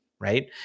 right